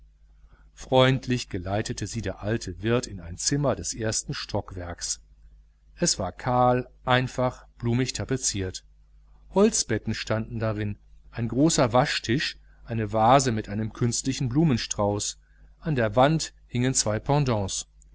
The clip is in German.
freundlich geleitete sie der alte wirt in ein zimmer des ersten stockwerks es war kahl einfach blumig tapeziert holzbetten standen darin ein großer waschtisch eine vase mit einem künstlichen blumenstrauß an der wand hingen zwei